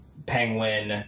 Penguin